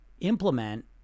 implement